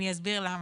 אני אסביר למה.